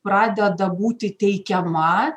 pradeda būti teikiama